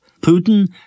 Putin